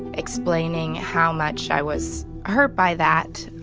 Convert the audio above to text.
explaining how much i was hurt by that,